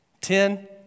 Ten